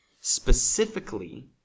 specifically